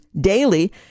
daily